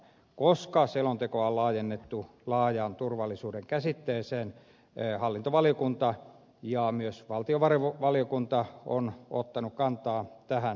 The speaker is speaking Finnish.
koska selontekoa on laajennettu laajaan turvallisuuden käsitteeseen hallintovaliokunta ja myös valtiovarainvaliokunta ovat ottaneet kantaa tähän aihealueeseen